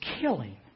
killing